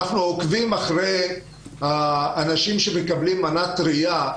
אנחנו עוקבים אחרי אנשים שמקבלים מנה טרייה,